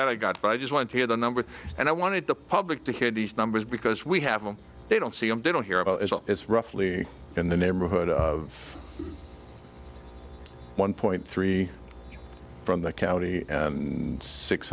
and i got i just want to hear the numbers and i wanted the public to hear these numbers because we have them they don't see them they don't hear about it's roughly in the neighborhood of one point three zero from that county and six